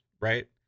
right